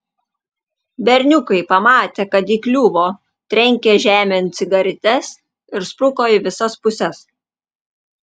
berniukai pamatę kad įkliuvo trenkė žemėn cigaretes ir spruko į visas puses